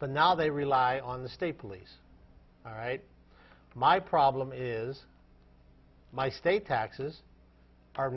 but now they rely on the state police all right my problem is my state taxes are